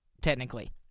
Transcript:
technically